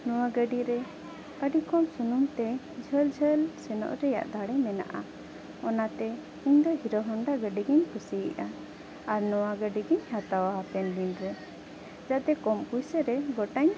ᱱᱚᱣᱟ ᱜᱟᱹᱰᱤ ᱨᱮ ᱟᱹᱰᱤ ᱠᱚᱢ ᱥᱩᱱᱩᱢ ᱛᱮ ᱡᱷᱟᱹᱞ ᱡᱷᱟᱹᱞ ᱥᱮᱱᱚᱜ ᱨᱮᱭᱟᱜ ᱫᱟᱲᱮ ᱢᱮᱱᱟᱜᱼᱟ ᱚᱱᱟᱛᱮ ᱤᱧ ᱫᱚ ᱦᱤᱨᱳ ᱦᱳᱱᱰᱟ ᱜᱟᱹᱰᱤ ᱜᱤᱧ ᱠᱩᱥᱤᱭᱟᱜᱼᱟ ᱟᱨ ᱱᱚᱣᱟ ᱜᱟᱹᱰᱤ ᱜᱤᱧ ᱦᱟᱛᱟᱣᱟ ᱦᱟᱯᱮᱱ ᱫᱤᱱ ᱨᱮ ᱡᱟᱛᱮ ᱠᱚᱢ ᱯᱚᱭᱥᱟ ᱨᱮ ᱜᱚᱴᱟᱧ